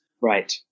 right